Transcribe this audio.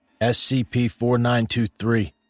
SCP-4923